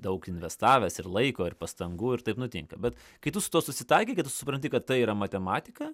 daug investavęs ir laiko ir pastangų ir taip nutinka bet kai tu su tuo susitaikai kai tu susipranti kad tai yra matematika